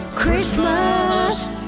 christmas